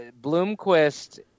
Bloomquist